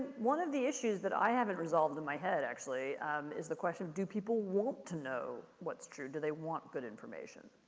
one of the issues that i haven't resolved in my head actually is the question do people want to know what's true? do they want good information?